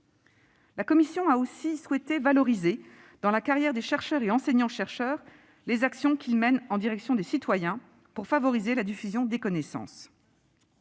La commission a aussi souhaité valoriser, dans la carrière des chercheurs et enseignants-chercheurs, les actions que ceux-ci mènent en direction des citoyens pour favoriser la diffusion des connaissances.